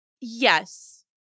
Yes